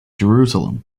jerusalem